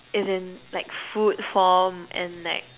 as in like food form and like